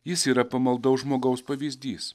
jis yra pamaldaus žmogaus pavyzdys